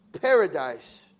paradise